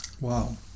Wow